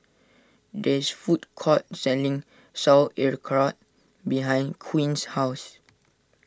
there is food court selling Sauerkraut behind Quinn's house